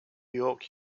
york